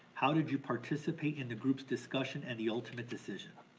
how did you participate in the group's discussion and the ultimate decision?